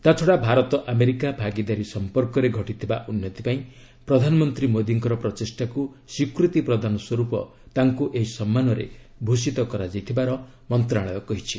ତାଛଡ଼ା ଭାରତ ଆମେରିକା ଭାଗିଦାରୀ ସମ୍ପର୍କରେ ଘଟିଥିବା ଉନ୍ନତି ପାଇଁ ପ୍ରଧାନମନ୍ତ୍ରୀ ମୋଦୀଙ୍କର ପ୍ରଚେଷ୍ଟାକୁ ସ୍ୱୀକୃତି ପ୍ରଦାନ ସ୍ୱରୂପ ତାଙ୍କୁ ଏହି ସମ୍ମାନରେ ଭୂଷିତ କରାଯାଇଥିବାର ମନ୍ତ୍ରଣାଳୟ କହିଛି